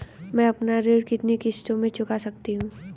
मैं अपना ऋण कितनी किश्तों में चुका सकती हूँ?